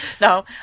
No